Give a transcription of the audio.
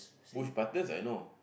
push buttons I know